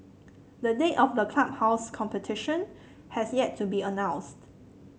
the date of the clubhouse's completion has yet to be announced